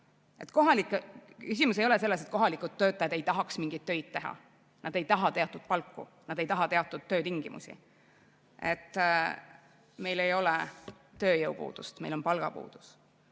ole selles, et kohalikud elanikud ei taha mingeid töid teha. Nad ei taha teatud palku, nad ei taha teatud töötingimusi. Meil ei ole tööjõupuudust, meil on palgapuudus.